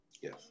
yes